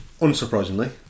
unsurprisingly